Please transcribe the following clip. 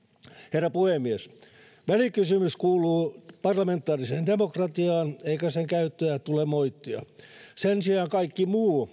herra puhemies välikysymys kuuluu parlamentaariseen demokratiaan eikä sen käyttöä tule moittia sen sijaan kaikki muu